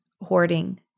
hoarding